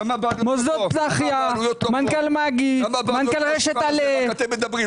מנכ"ל מגי, מנכ"ל רשת הלל,